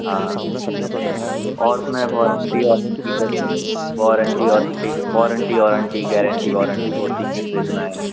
हाँ और उसमें वोरंटी ओरंटी कब वोरंटी ओरंटी वोरंटी ओरंटी गैरंटी वारंटी होती हैं फ्रिज में